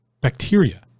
bacteria